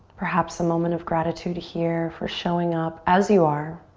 perhaps a moment of gratitude here for showing up as you are.